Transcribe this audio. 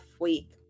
week